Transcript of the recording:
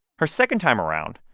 her second time around,